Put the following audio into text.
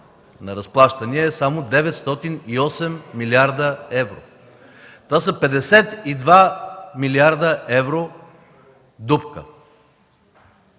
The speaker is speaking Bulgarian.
на разплащания е само 908 млрд. евро – това са 52 млрд. евро дупка.